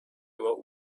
about